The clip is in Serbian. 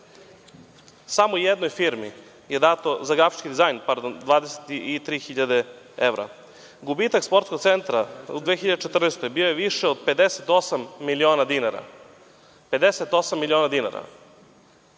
Samo jednoj firmi je dato za grafički dizajn 23.000 evra. Gubitak sportskog centra u 2014. godini bio je više od 58 miliona dinara. Onda